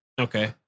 Okay